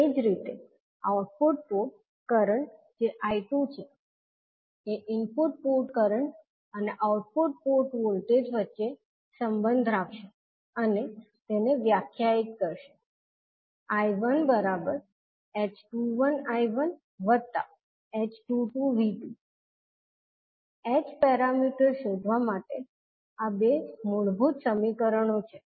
એ જ રીતે output port current જે 𝐈2 છે એ ઇનપુટ પોર્ટ કરંટ અને આઉટપુટ પોર્ટ વોલ્ટેજ વચ્ચે સંબંધ રાખશે અને તેને વ્યાખ્યાયિત કરશે I1h21I1h22V2 h પેરામીટર્સ શોધવા માટે આ બે મૂળભૂત સમીકરણો છે